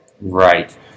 Right